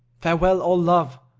farewell all love!